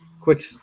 quick